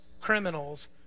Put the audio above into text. criminals